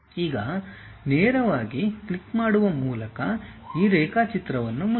ಈಗ ನೇರವಾಗಿ ಕ್ಲಿಕ್ ಮಾಡುವ ಮೂಲಕ ಈ ರೇಖಾಚಿತ್ರವನ್ನು ಮುಚ್ಚಿ